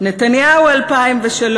נתניהו 2003: